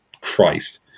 Christ